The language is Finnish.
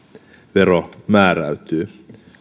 vero määräytyy